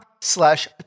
slash